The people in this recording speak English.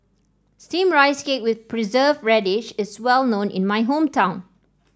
steamed Rice Cake with preserve radish is well known in my hometown